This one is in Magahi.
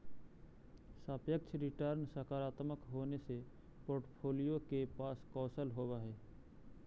सापेक्ष रिटर्न सकारात्मक होने से पोर्ट्फोलीओ के पास कौशल होवअ हई